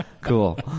Cool